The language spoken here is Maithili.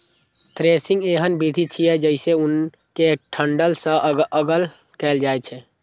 थ्रेसिंग एहन विधि छियै, जइसे अन्न कें डंठल सं अगल कैल जाए छै